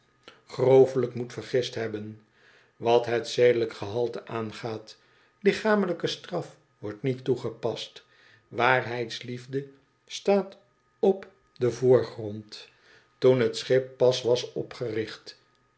ommoest vergist hebben wat het zedelijk gehalte aangaat lichamelijke straf wordt niet toegepast waarheidsliefde staat op den voorgrond toen het schip pas was opgericht